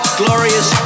glorious